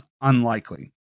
unlikely